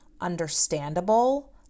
understandable